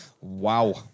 Wow